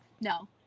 No